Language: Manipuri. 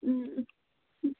ꯎꯝ ꯎꯝ ꯎꯝ